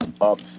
up